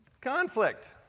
Conflict